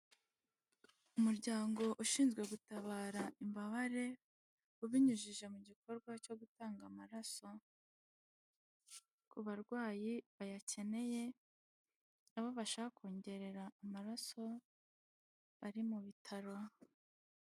Umuryango ushinzwe gutabara imbabare ubinyujije mu gikorwa cyo gutanga amaraso ku barwayi bayakeneye, aho bashaka kongerera amaraso abari mu bitaro.